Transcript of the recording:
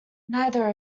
neither